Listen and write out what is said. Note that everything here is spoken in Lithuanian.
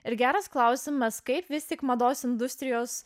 ir geras klausimas kaip visi mados industrijos